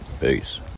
Peace